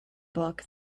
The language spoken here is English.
book